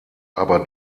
aber